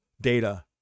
data